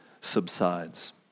subsides